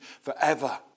forever